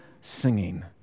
singing